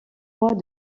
mois